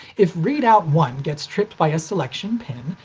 if readout one gets tripped by a selection pin,